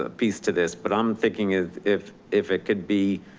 ah piece to this, but i'm thinking is if if it could be,